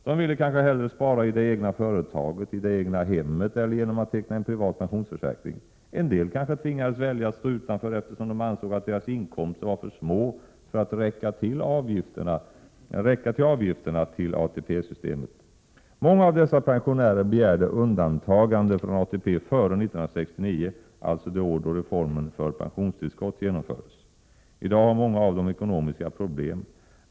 De ville kanske hellre spara i det egna företaget, i det egna hemmet eller genom att teckna en privat pensionsförsäkring. En del kanske tvingades välja att stå utanför eftersom de ansåg att deras inkomster var för små för att räcka till avgifterna till ATP-systemet. Många av dessa pensionärer begärde undantagande från ATP före 1969, alltså det år då reformen med pensionstillskott genomfördes. I dag har många av dem ekonomiska problem.